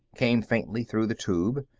came faintly through the tube,